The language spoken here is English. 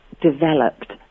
developed